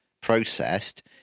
processed